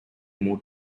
move